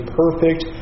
perfect